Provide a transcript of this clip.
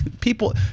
People